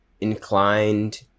inclined